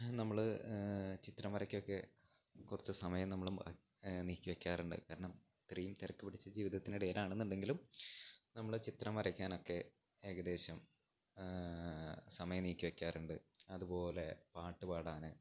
നമ്മള് ചിത്രം വരയ്ക്കൊക്കെ കുറച്ച് സമയം നമ്മള് നീക്കിവെയ്ക്കാറുണ്ട് കാരണം ഇത്രയും തിരക്കുപിടിച്ച ജീവിതത്തിനിടയിലാണെന്നുണ്ടെങ്കിലും നമ്മള് ചിത്രം വരയ്ക്കാനൊക്കെ ഏകദേശം സമയം നീക്കിവെയ്ക്കാറുണ്ട് അതുപോലെ പാട്ടുപാടാന്